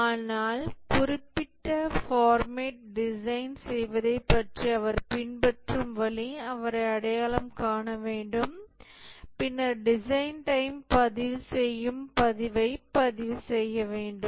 ஆனால் குறிப்பிட்ட format design செய்வதை பற்றி அவர் பின்பற்றும் வழி அவர் அடையாளம் காண வேண்டும் பின்னர் டிசைன் டைம் பதிவு செய்யும் பதிவை பதிவு செய்ய வேண்டும்